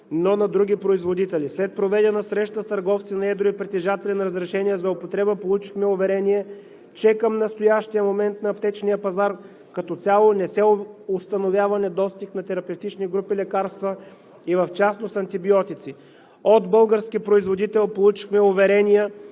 но на други производители. След проведена среща с търговци на едро и притежатели на разрешения за употреба получихме уверение, че към настоящия момент на аптечния пазар като цяло не се установява недостиг на терапевтични групи лекарства и в частност антибиотици. От български производител получихме уверения,